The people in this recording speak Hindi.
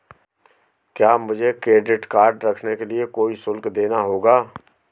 क्या मुझे क्रेडिट कार्ड रखने के लिए कोई शुल्क देना होगा?